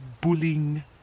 bullying